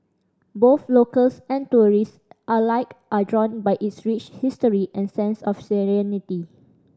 both locals and tourist alike are drawn by its rich history and sense of serenity